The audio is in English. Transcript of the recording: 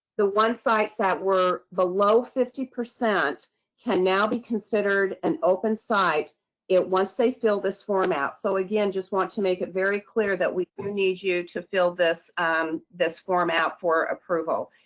the one sites that were below fifty percent can now be considered an open site it. once they fill this form out. so again, just want to make it very clear that we do need you to fill this umm um this form out for approval.